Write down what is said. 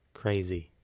crazy